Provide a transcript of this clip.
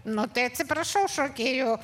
nu tai atsiprašau šokėjų